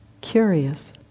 curious